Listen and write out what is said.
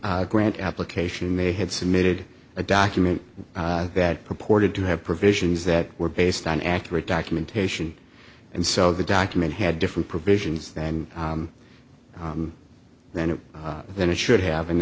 the grant application they had submitted a document that purported to have provisions that were based on accurate documentation and so the document had different provisions then then it then it should have and